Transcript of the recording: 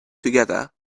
together